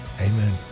Amen